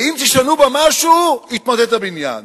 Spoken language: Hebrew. ואם תשנו בה משהו יתמוטט הבניין.